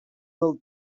del